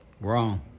Wrong